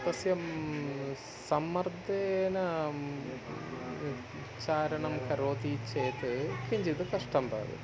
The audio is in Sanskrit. तस्य सम्मर्देन चारणं करोति चेत् किञ्चित् कष्टं भवति